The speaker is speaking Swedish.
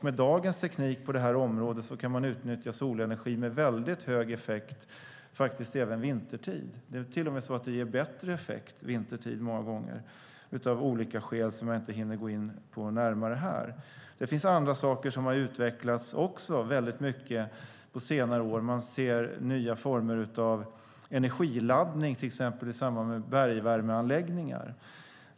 Med dagens teknik på det här området kan man utnyttja solenergi med väldigt hög effekt även vintertid. Det är till och med så att det många gånger ger bättre effekt vintertid, av olika skäl som jag inte hinner gå in på närmare här. Det finns andra saker som har utvecklats mycket på senare år. Man ser nya former av energiladdning till exempel i samband med bergvärmeanläggningar.